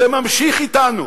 זה ממשיך אתנו,